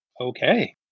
Okay